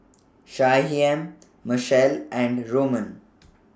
Shyheim Machelle and Roman